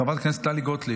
חברת הכנסת טלי גוטליב,